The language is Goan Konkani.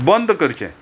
बंद करचें